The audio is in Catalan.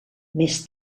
més